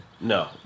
No